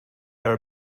are